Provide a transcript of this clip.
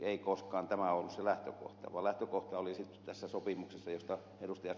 ei koskaan tämä ollut lähtökohta vaan lähtökohta oli sopimisessa josta ed